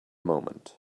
moment